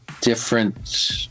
different